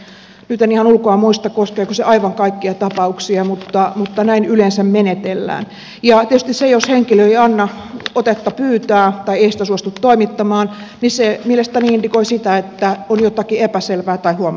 nyt en ihan ulkoa muista koskeeko se aivan kaikkia tapauksia mutta näin yleensä menetellään ja tietysti se jos henkilö ei anna otetta pyytää tai ei sitä suostu toimittamaan mielestäni indikoi sitä että on jotakin epäselvää tai huomauttamista